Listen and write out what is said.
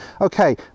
okay